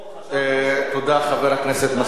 תודה, חבר הכנסת מסעוד גנאים.